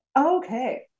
Okay